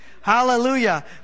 Hallelujah